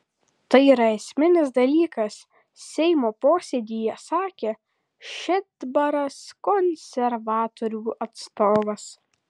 tai yra esminis dalykas seimo posėdyje sakė šedbaras konservatorių atstovas